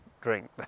drink